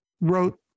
wrote